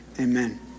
Amen